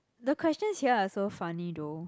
the questions here are so funny though